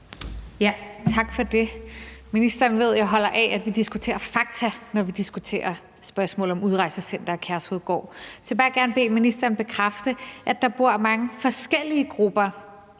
Tak for det. Ministeren ved, at jeg holder af, at vi diskuterer fakta, når vi diskuterer spørgsmålet om Udrejsecenter Kærshovedgård. Så jeg vil bare gerne bede ministeren bekræfte, at der bor mange forskellige grupper